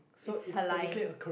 it's her line